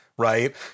Right